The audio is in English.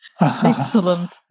Excellent